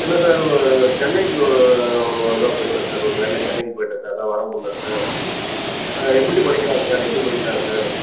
என்ன சார் ஓ சென்னைக்கு ஒரு ஒரு இதுவாக போய்விட்டேன் சார் ஒரு வேலை சென்னைக்கு போய்விட்டேன் சார் அதான் வர முடியல சார் ஆ எப்படி படிக்கிறான் சார் எப்படி படிக்கிறான் சார்